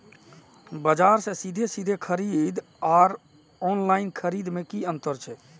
बजार से सीधे सीधे खरीद आर ऑनलाइन खरीद में की अंतर छै?